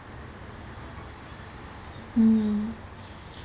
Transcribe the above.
mm